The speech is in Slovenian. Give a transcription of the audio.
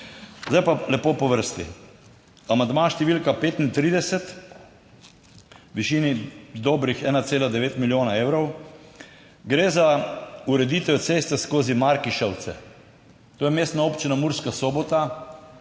Zdaj pa lepo po vrsti. Amandma številka 35 v višini dobrih 1,9 milijona evrov. Gre za ureditev ceste skozi Markišavce. To je Mestna občina Murska Sobota.